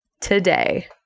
today